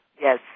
yes